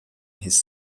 his